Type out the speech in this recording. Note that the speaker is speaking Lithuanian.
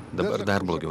dabar dar blogiau